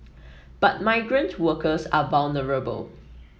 but migrant workers are vulnerable